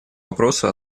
вопросу